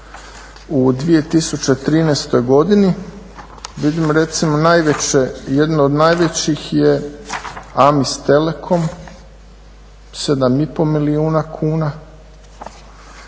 u 2013. godini, vidimo recimo najveće, jedno od najvećih je AMIS Telekom 7,5 milijuna kuna.